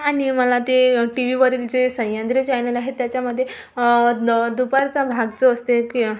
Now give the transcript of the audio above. आणि मला ते टीव्हीवरील जे सह्याद्री चायनल आहे त्याच्यामध्ये द दुपारचा भाग जो असते की